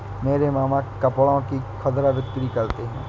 मेरे मामा कपड़ों की खुदरा बिक्री करते हैं